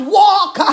walk